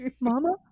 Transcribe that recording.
Mama